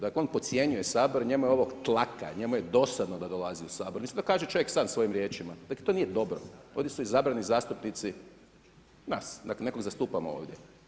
Dakle on podcjenjuje Sabor, njemu je ovo tlaka, njemu je dosadno da dolazi u Sabor, mislim da kaže čovjek sam svojim riječima, dakle to nije dobro, oni su izabrani zastupnici nas, dakle nekog zastupamo ovdje.